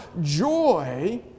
joy